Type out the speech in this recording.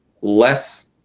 less